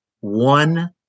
one